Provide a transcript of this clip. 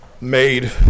made